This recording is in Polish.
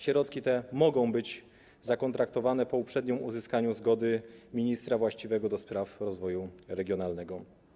Środki te mogą być zakontraktowane po uprzednim uzyskaniu zgody ministra właściwego do spraw rozwoju regionalnego.